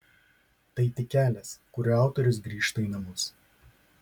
tai tik kelias kuriuo autorius grįžta į namus